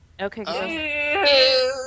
Okay